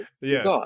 Yes